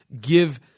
give